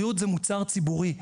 בריאות הוא מוצר ציבורי.